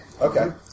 Okay